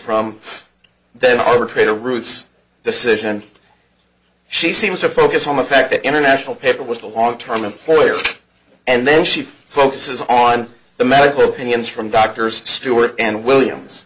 from the arbitrator roots decision she seems to focus on the fact that international paper was a long term employer and then she focuses on the medical opinions from doctors stuart and williams